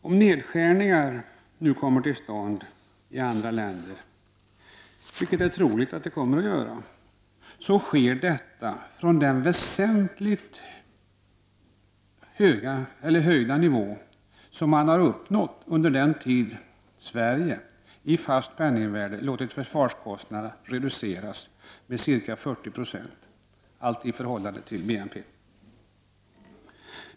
Om nedskärningar nu kommer till stånd i andra länder — vilket är troligt — sker detta från den väsentligt höjda nivå som de har uppnått under den tid Sverige i fast penningvärde har låtit försvarskostnaderna reduceras med ca 40 96, allt i förhållande till BNP.